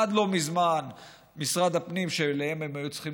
עד לא מזמן משרד הפנים שאליו הם היו צריכים